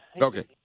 Okay